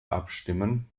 abstimmen